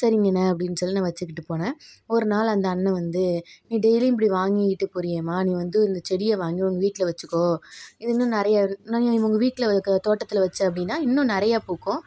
சரிங்கண்ணே அப்படின் சொல்லி நான் வச்சுக்கிட்டு போனேன் ஒரு நாள் அந்த அண்ண வந்து நீ டெய்லியும் இப்படி வாங்கிகிட்டு போறியேமா நீ வந்து இந்த செடியை வாங்கி உங்கள் வீட்டில் வச்சுக்கோ இன்னும் நிறைய இவங்க வீட்டில் க தோட்டத்தில் வச்ச அப்படினா இன்னும் நிறைய பூக்கும்